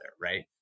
right